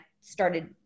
started